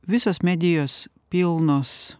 visos medijos pilnos